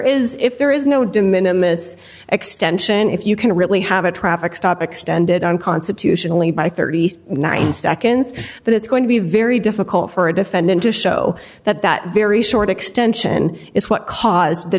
is if there is no demand in this extension if you can really have a traffic stop extended unconstitutionally by thirty nine seconds that it's going to be very difficult for a defendant to show that that very short extension is what caused the